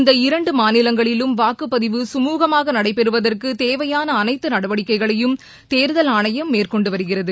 இந்த இரண்டு மாநிலங்களிலும் வாக்குப்பதிவு குமூகமாக நடைபெறுவதற்குத் தேவையாள அனைத்து நடவடிக்கைகளையும் தேர்தல் ஆணையம் மேற்கொண்டு வருகிறது